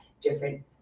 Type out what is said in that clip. different